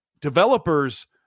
developers